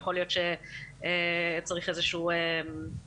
יכול להיות שצריך איזו שהיא תמורה,